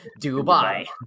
Dubai